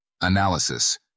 Analysis